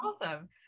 Awesome